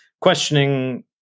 questioning